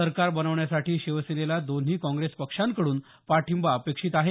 सरकार बनवण्यासाठी शिवसेनेला दोन्ही काँग्रेस पक्षांकडून पाठिंबा अपेक्षित आहे